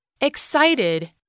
Excited